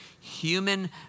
human